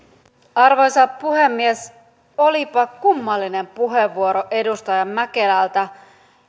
arvoisa puhemies olipa kummallinen puheenvuoro edustaja mäkelältä